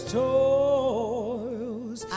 toils